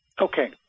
Okay